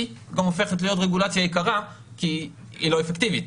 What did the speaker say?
היא גם הופכת להיות רגולציה יקרה כי היא לא אפקטיבית,